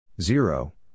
zero